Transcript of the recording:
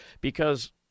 because-